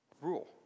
Rule